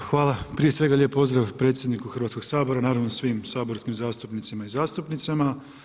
Evo hvala, prije svega lijep pozdrav predsjedniku Hrvatskog sabora i naravno svim saborskim zastupnicima i zastupnicama.